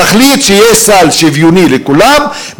תחליט שיש סל שוויוני לכולם,